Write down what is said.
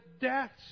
deaths